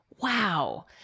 Wow